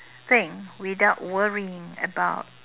thing without worrying about